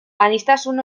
aniztasun